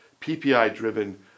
PPI-driven